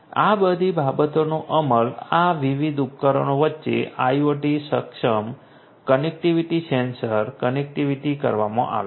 આ બધી બાબતોનો અમલ આ વિવિધ ઉપકરણો વચ્ચે IoT સક્ષમ કનેક્ટિવિટી સેન્સર કનેક્ટિવિટી કરવામાં આવ્યો છે